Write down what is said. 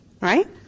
right